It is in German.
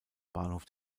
bahnhof